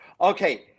Okay